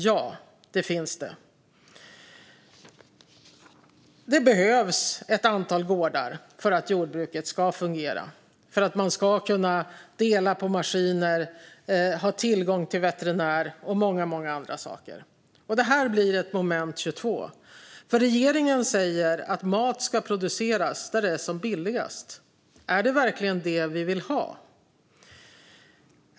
Ja, det finns det. Det behövs ett antal gårdar för att jordbruket ska fungera, för att man ska kunna dela på maskiner, ha tillgång till veterinär och många, många andra saker. Det här blir ett moment 22, för regeringen säger att mat ska produceras där det är som billigast. Är det verkligen det vi vill ha?